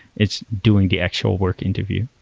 it's doing the actual work interview.